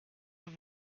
have